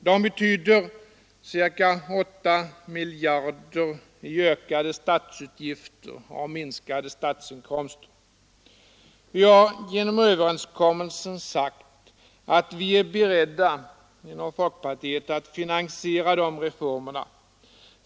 De betyder ca 8 miljarder kronor i ökade statsutgifter och minskade statsinkomster. Vi har genom överenskommelsen sagt att vi är beredda inom folkpartiet att finansiera de reformerna.